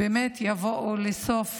באמת יבואו לסוף